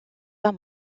pas